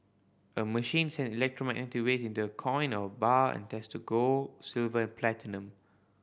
a machine sends waves into a coin or bar and test gold silver and platinum